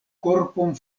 korpon